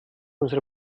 unsere